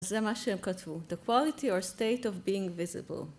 זה מה שהם כתבו, the quality or state of being visible.